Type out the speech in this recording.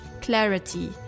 clarity